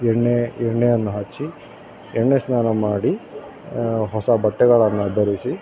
ಎಣ್ಣೆ ಎಣ್ಣೆಯನ್ನು ಹಚ್ಚಿ ಎಣ್ಣೆ ಸ್ನಾನ ಮಾಡಿ ಹೊಸ ಬಟ್ಟೆಗಳನ್ನು ಧರಿಸಿ